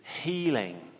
healing